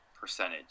percentage